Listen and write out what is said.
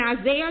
Isaiah